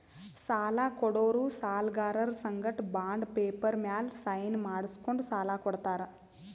ಸಾಲ ಕೊಡೋರು ಸಾಲ್ಗರರ್ ಸಂಗಟ ಬಾಂಡ್ ಪೇಪರ್ ಮ್ಯಾಲ್ ಸೈನ್ ಮಾಡ್ಸ್ಕೊಂಡು ಸಾಲ ಕೊಡ್ತಾರ್